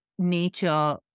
nature